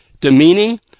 demeaning